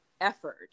effort